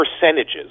percentages